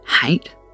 hate